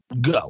go